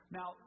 Now